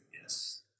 Yes